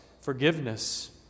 forgiveness